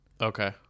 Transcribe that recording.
Okay